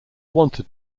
wanted